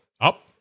up